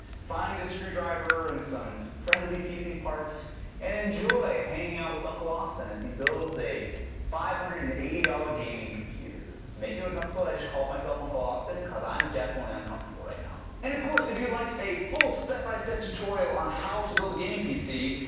find a screwdriver and some friendly pc parts and enjoy hanging out with uncle austin as he builds a five hundred and eighty dollars gaming computer to make you uncomfortable. i just called myself uncle austin coz i'm definitely uncomfortable right now. and of course, if you'd like a full step by step tutorial on how to build a gaming pc,